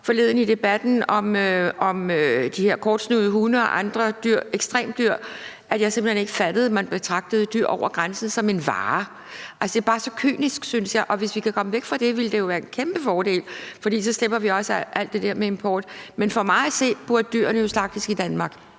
forleden i debatten om de her kortsnudede hunde og andre ekstremdyr, at jeg simpelt hen ikke fattede, at man betragtede dyr, som transporteres over grænsen, som en vare. Jeg synes bare, det er så kynisk, og hvis vi kan komme væk fra det, ville det jo være en kæmpe fordel, fordi vi så også slipper for alt det der med importen. Men for mig at se burde dyrene jo slagtes i Danmark.